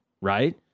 right